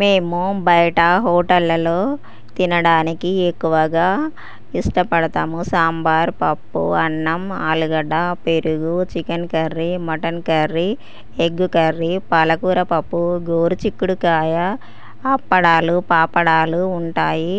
మేము బయట హోటళ్ళలో తినడానికి ఎక్కువగా ఇష్టపడతాము సాంబార్ పప్పు అన్నం ఆలుగడ్డ పెరుగు chicken curry mutton curry egg curry పాలకూర పప్పు గోరుచిక్కుడుకాయ అప్పడాలు పాపడాలు ఉంటాయి